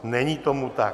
Není tomu tak.